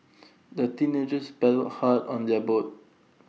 the teenagers paddled hard on their boat